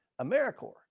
AmeriCorps